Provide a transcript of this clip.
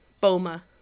Boma